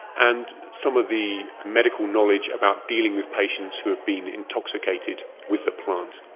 and some of the medical knowledge about dealing with patients who have been intoxicated with the plant.